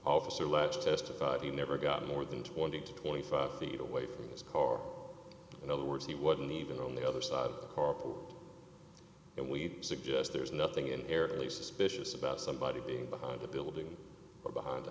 officer latch testified he never got more than twenty to twenty five feet away from his car in other words he wasn't even on the other side of the car and we suggest there's nothing inherently suspicious about somebody being behind a building or behind